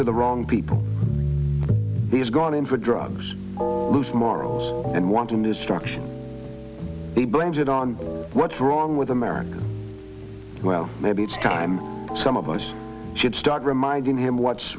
to the wrong people he's gone into drugs loose morals and wanton destruction he blames it on what's wrong with america well maybe it's time some of us should start reminding him what